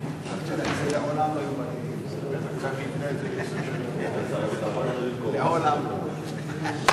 ההצעה להעביר את הנושא לוועדת החוץ והביטחון נתקבלה.